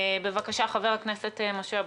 בבקשה, חבר הכנסת משה אבוטבול.